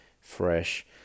fresh